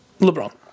LeBron